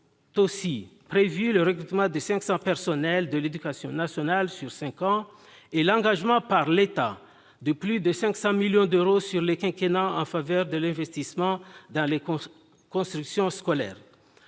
Sont aussi prévus le recrutement de 500 personnels de l'éducation nationale sur cinq ans et l'engagement par l'État de plus de 500 millions d'euros sur le quinquennat en faveur de l'investissement dans les constructions scolaires.